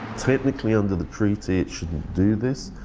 technically, under the treaty, it shouldn't do this,